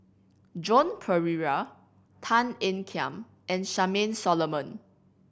Joan Pereira Tan Ean Kiam and Charmaine Solomon